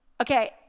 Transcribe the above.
Okay